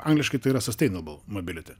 angliškai tai yra sustainable mobility